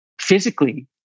physically